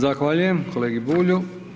Zahvaljujem kolegi Bulju.